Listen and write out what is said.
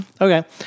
Okay